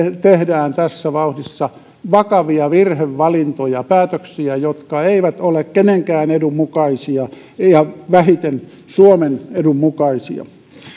tehdään tässä vauhdissa vakavia virhevalintoja päätöksiä jotka eivät ole kenenkään edun mukaisia ja vähiten suomen edun mukaisia